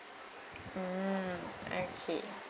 mm okay